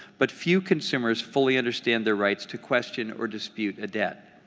but few consumers fully understand their rights to question or dispute a debt.